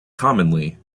commonly